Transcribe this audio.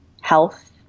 health